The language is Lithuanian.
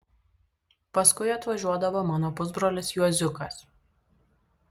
paskui atvažiuodavo mano pusbrolis juoziukas